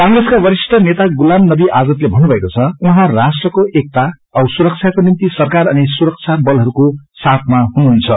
कांग्रेसका वरिष्ठ नेता गुलाम नवी आजादले भन्नुभएको छ उहाँ राष्ट्रको एकता औ सुरक्षाको निम्ति सरकार अनि सुरक्षा बलहरूको साथमा हुनुहुन्छ